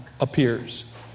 appears